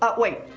ah wait,